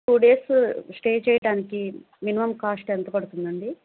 two days stay చేయటానికి minimum cost ఎంత పడుతుందండి